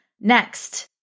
Next